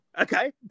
okay